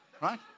right